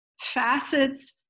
facets